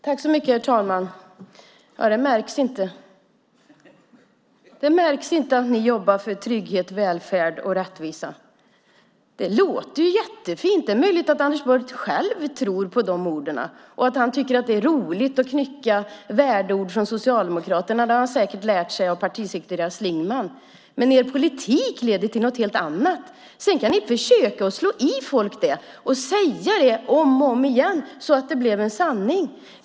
Herr talman! Det märks inte. Det märks inte att regeringen jobbar för trygghet, välfärd och rättvisa. Det låter jättefint, och det är möjligt att Anders Borg tror på de orden och tycker att det är roligt att knycka värdeord från Socialdemokraterna. Det har han säkert lärt sig av partisekreterare Schlingmann. Men er politik leder till något helt annat. Sedan kan ni försöka att slå i folk det och säga det om och om igen så att det blir en sanning.